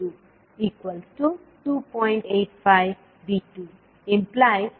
518V2 0